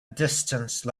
distance